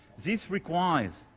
this requires,